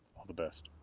all the best.